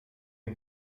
een